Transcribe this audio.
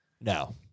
No